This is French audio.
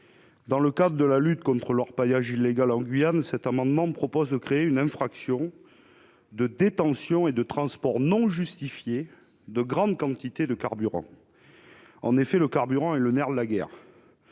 Dans le cadre de la lutte contre l'orpaillage illégal en Guyane, cet amendement vise à créer une infraction de détention et de transport non justifié d'une grande quantité de carburant. En effet, le carburant est le nerf de la guerre.